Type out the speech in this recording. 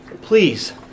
Please